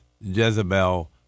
Jezebel